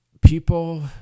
people